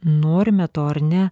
norime to ar ne